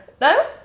No